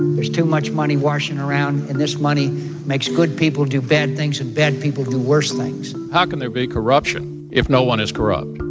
there's too much money washing around. and this money makes good people do bad things and bad people do worse things how can there be corruption if no one is corrupt?